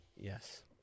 Yes